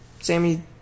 Sammy